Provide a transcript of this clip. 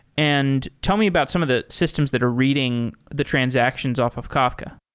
and tell me about some of the systems that are reading the transactions off of kafka.